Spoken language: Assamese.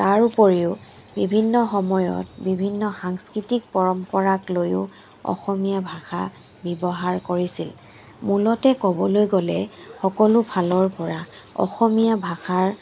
তাৰ উপৰিও বিভিন্ন সময়ত বিভিন্ন সাংস্কৃতিক পৰম্পৰাক লৈয়ো অসমীয়া ভাষা ব্যৱহাৰ কৰিছিল মূলতে ক'বলৈ গ'লে সকলো ফালৰ পৰা অসমীয়া ভাষাৰ